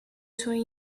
suoi